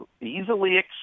easily